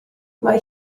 mae